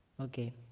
Okay